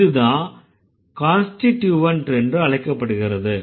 இதுதான் கான்ஸ்டிட்யூவன்ட் என்று அழைக்கப்படுகிறது